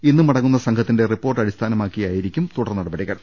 ഇന്ന് മടങ്ങുന്ന സംഘത്തിന്റെ റിപ്പോർട്ട് അടിസ്ഥാനമാക്കിയായിരിക്കും തുടർ നടപടികൾ